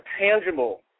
tangible